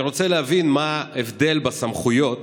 אני רוצה להבין מה ההבדל בסמכויות